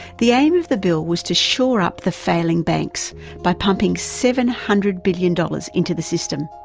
the aim of the bill was to shore up the failing banks by pumping seven hundred billion dollars into the system.